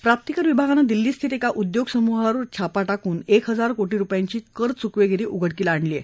प्राप्तिकर विभागाने दिल्ली स्थित एका उद्योग समूहावर छापा टाकून एक हजार कोटी रुपयांची कर चुकवेगिरी उघडकीला आणली आहे